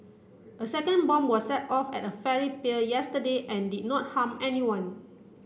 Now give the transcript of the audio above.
a second bomb was set off at a ferry pier yesterday and did not harm anyone